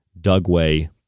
Dugway